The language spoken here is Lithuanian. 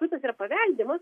turtas yra paveldimas